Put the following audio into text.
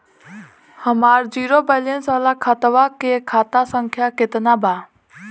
हमार zero balance वाला खतवा के खाता संख्या केतना बा?